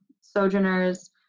Sojourners